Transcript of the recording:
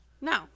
no